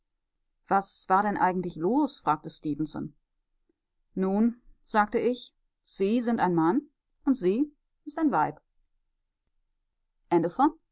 was war denn eigentlich los fragte stefenson nun sagte ich sie sind ein mann und sie ist ein weib